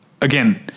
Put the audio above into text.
again